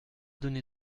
donné